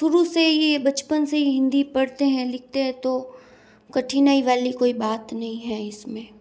शुरू से ये बचपन से ही हिंदी पढ़ते हैं लिखते हैं तो कठिनाई वाली कोई बात नहीं है इस में